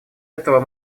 этого